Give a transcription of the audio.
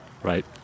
right